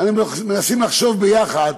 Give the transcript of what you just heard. מנסים לחשוב יחד,